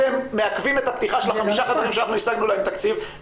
אתם מעכבים את הפתיחה של החמישה חדרים שאנחנו השגנו להם תקציב,